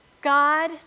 God